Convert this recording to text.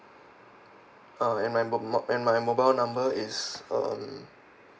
uh and my mobile and my mobile number is um